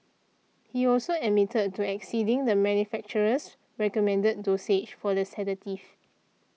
he also admitted to exceeding the manufacturer's recommended dosage for the sedative